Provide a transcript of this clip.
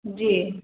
जी